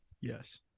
Yes